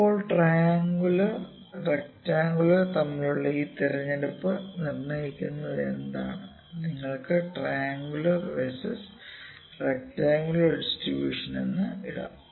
ഇപ്പോൾ triangular rectangular തമ്മിലുള്ള ഈ തിരഞ്ഞെടുപ്പ് നിർണ്ണയിക്കുന്നതെന്താണ് നിങ്ങൾക്ക് ട്രയൻങ്കുലർ Vs റെക്ടറാങ്കുലർ ഡിസ്ട്രിബൂഷൻ എന്ന് ഇടാം